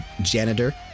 janitor